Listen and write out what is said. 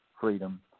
freedom